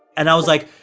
and i was, like,